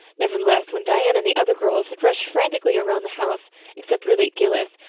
nevertheless, when diana and the other girls had rushed frantically around the house except ruby gillis,